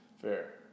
Fair